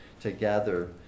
together